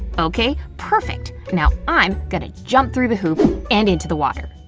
okay, perfect. now, i'm gonna jump through the hoop and into the water.